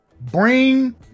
Bring